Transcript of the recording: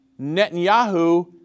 Netanyahu